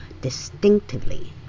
distinctively